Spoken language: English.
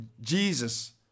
Jesus